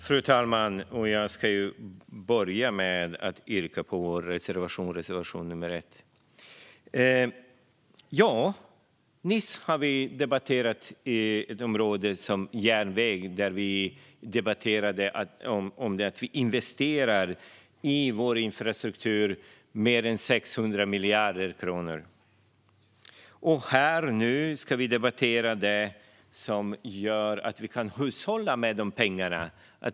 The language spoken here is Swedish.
Fru talman! Jag ska börja med att yrka bifall till reservation 1. Vi har nyss debatterat järnvägsområdet. Där talade vi om att vi investerar mer än 600 miljarder kronor i vår infrastruktur. Nu ska vi debattera det som gör att vi kan hushålla med dessa pengar.